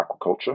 aquaculture